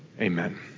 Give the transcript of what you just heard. Amen